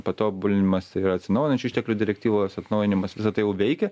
patobulinimas ir atsinaujinančių išteklių direktyvos atnaujinimas visa tai jau veikia